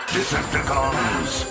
Decepticons